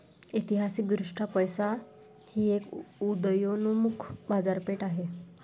ऐतिहासिकदृष्ट्या पैसा ही एक उदयोन्मुख बाजारपेठ आहे